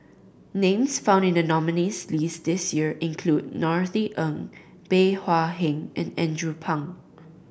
names found in the nominees' list this year include Norothy Ng Bey Hua Heng and Andrew Phang